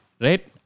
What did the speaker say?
right